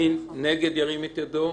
מי נגד, ירים את ידו?